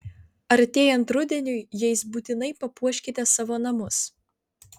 artėjant rudeniui jais būtinai papuoškite savo namus